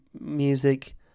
music